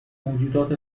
موجودات